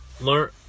learn